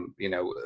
and you know,